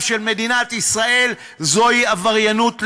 של מדינת ישראל זוהי עבריינות לשמה.